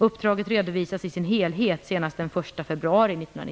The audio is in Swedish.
Uppdraget redovisas i sin helhet senast den